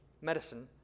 medicine